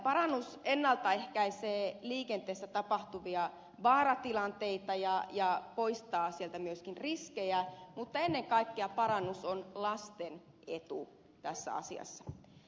parannus ennalta ehkäisee liikenteessä tapahtuvia vaaratilanteita ja poistaa sieltä myöskin riskejä mutta ennen kaikkea parannus on lasten etu tässä asiassa